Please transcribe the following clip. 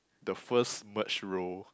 the first merged role